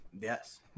Yes